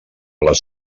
les